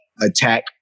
attack